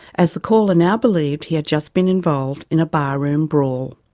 as the caller now believed he had just been involved in a bar-room brawl.